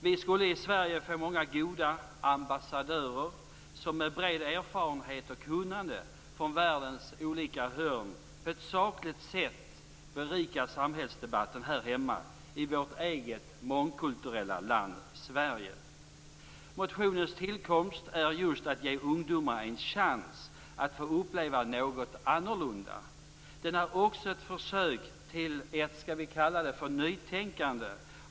Vi skulle i Sverige få många goda "ambassadörer" som med bred erfarenhet och kunnande från världens olika hörn på ett sakligt sätt berikar samhällsdebatten här hemma i vårt eget mångkulterella land. Motionens syfte är just att ge ungdomar en chans att få uppleva något annorlunda. Den är också ett försök till vad vi skulle kunna kalla ett nytänkande.